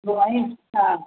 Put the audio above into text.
घुमायूं छा